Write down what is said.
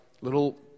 little